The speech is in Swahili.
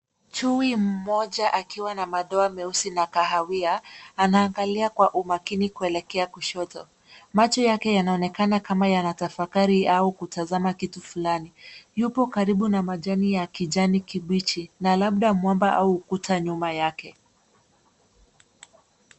Chui mmoja akiwa na madoa meusi na kahawia anaangalia kwa umakini kuelekea kushoto. Macho yake yanaonekana kama yanatafakari au kutazama kitu fulani. Yupo karibu na majani ya kijani kibichi na labda mwamba au ukuta nyuma yake.